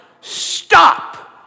stop